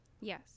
Yes